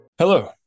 Hello